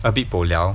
a bit bo liao